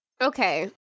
okay